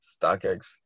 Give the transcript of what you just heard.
StockX